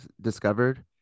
discovered